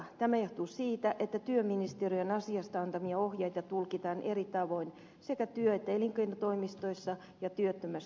tämä johtuu siitä että työministeriön asiasta antamia ohjeita tulkitaan eri tavoin sekä työ että elinkeinotoimistoissa ja työttömyyskassoissa